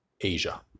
Asia